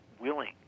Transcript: willing